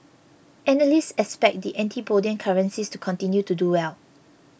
analysts expect the antipodean currencies to continue to do well